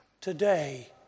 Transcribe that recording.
Today